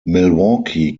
milwaukee